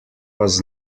was